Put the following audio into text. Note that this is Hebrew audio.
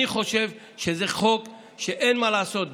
אני חושב שזה חוק שאין מה לעשות,